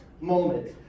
moment